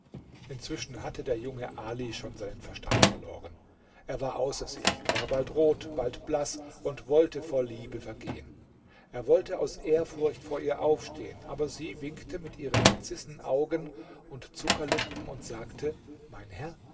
inzwischen hatte der junge ali schon seinen verstand verloren er war außer sich war bald rot bald blaß und wollte vor liebe vergehen er wollte aus ehrfurcht vor ihr aufstehen aber sie winkte mit ihren narzissenaugen und zuckerlippen und sagte mein herr